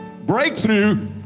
breakthrough